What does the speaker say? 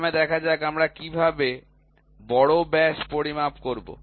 প্রথমে দেখা যাক আমরা কীভাবে বড় ব্যাস পরিমাপ করব